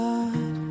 God